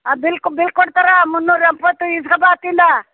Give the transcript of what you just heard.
ಆ ಬಿಲ್ಕ್ ಬಿಲ್ ಕೊಡ್ತಾರೆ ಮುನ್ನೂರ ಎಪ್ಪತ್ತು ಇಸ್ಕೋ ಬಾ ಅತ್ತಿಂದ